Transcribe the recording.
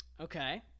Okay